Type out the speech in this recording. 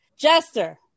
Jester